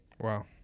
Wow